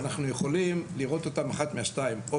ואנחנו יכולים לראות אותם כאחד מהשניים: או